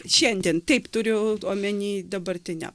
šiandien taip turiu omeny dabartinę